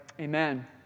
Amen